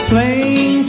Plain